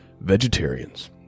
vegetarians